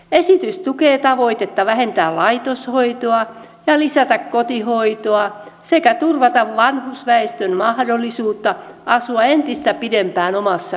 esitys tukee tavoitetta vähentää laitoshoitoa ja lisätä kotihoitoa sekä turvata vanhusväestön mahdollisuutta asua entistä pidempään omassa kodissaan